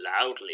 loudly